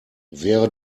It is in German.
wäre